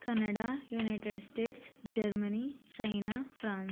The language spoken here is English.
Canada United States Germany China France